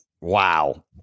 wow